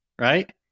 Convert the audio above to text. right